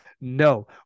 No